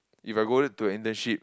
if I going to internship